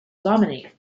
dominate